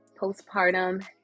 postpartum